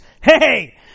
hey